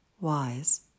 wise